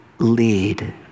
lead